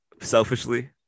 selfishly